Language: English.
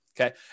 Okay